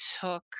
took